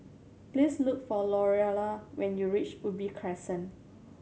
please look for Louella when you reach Ubi Crescent